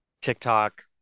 tiktok